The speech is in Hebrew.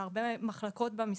להרבה מחלקות במשרד,